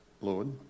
Lord